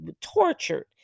tortured